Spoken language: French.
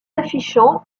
affichant